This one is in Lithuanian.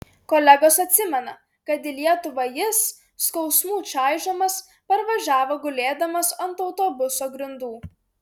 kolegos atsimena kad į lietuvą jis skausmų čaižomas parvažiavo gulėdamas ant autobuso grindų